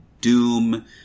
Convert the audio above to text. Doom